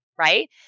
Right